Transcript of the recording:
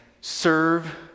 serve